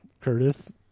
Curtis